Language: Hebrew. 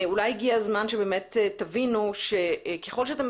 אולי הגיע הזמן שבאמת תבינו שככל שאתם